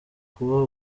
kuba